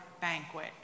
banquet